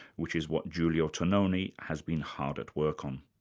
which is what giulio tonomi has been hard at work on.